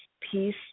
peace